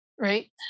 right